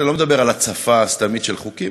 אני לא מדבר על הצפה סתמית של חוקים,